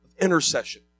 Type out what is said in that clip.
intercession